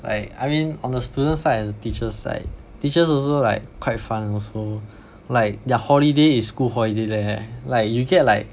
like I mean on a student's side and teacher's side teachers also like quite fun also like their holiday is school holiday leh like you get like